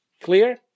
Clear